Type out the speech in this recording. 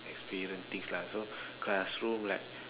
experience things lah so classroom like